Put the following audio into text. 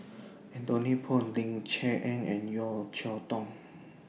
Anthony Poon Ling Cher Eng and Yeo Cheow Tong